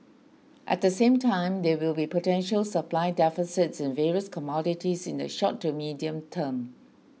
at the same time there will be potential supply deficits in various commodities in the short to medium term